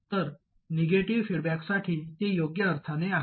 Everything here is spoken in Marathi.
तर निगेटिव्ह फीडबॅकसाठी ते योग्य अर्थाने आहे